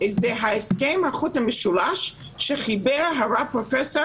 הוא הסכם "החוט המשולש" שחיבר הרב פרופ'